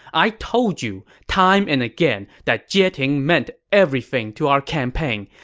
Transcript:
i told you time and again that jieting meant everything to our campaign.